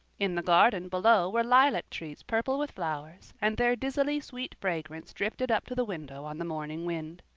in the garden below were lilac-trees purple with flowers, and their dizzily sweet fragrance drifted up to the window on the morning wind.